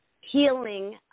healing